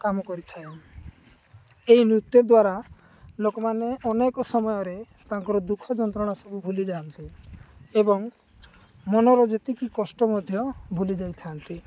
କାମ କରିଥାଏ ଏହି ନୃତ୍ୟ ଦ୍ୱାରା ଲୋକମାନେ ଅନେକ ସମୟରେ ତାଙ୍କର ଦୁଃଖ ଯନ୍ତ୍ରଣା ସବୁ ଭୁଲିଯାଆନ୍ତି ଏବଂ ମନର ଯେତିକି କଷ୍ଟ ମଧ୍ୟ ଭୁଲିଯାଇଥାନ୍ତି